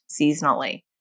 seasonally